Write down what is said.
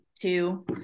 two